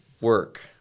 work